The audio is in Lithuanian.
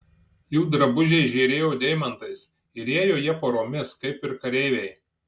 jų drabužiai žėrėjo deimantais ir ėjo jie poromis kaip ir kareiviai